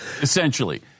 essentially